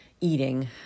eating